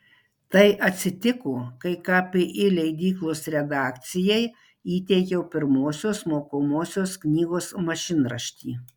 tai atsitiko kai kpi leidyklos redakcijai įteikiau pirmosios mokomosios knygos mašinraštį